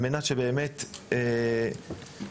שהבאתי איתי לוועדה,